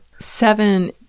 seven